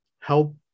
help